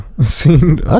seen